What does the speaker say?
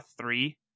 three